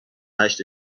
هشت